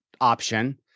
option